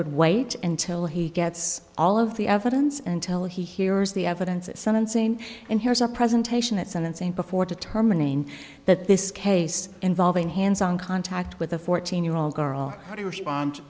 would wait until he gets all of the evidence and till he hears the evidence at sentencing and here's a presentation at sentencing before determining that this case involving hands on contact with a fourteen year old girl how do you respond